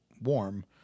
warm